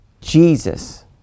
Jesus